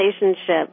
relationship